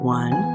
one